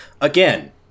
again